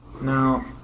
Now